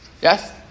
Yes